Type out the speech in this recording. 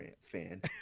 fan